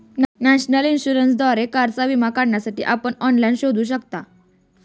national इन्शुरन्सद्वारे कारचा विमा काढण्यासाठी आपण ऑनलाइन शोधू शकता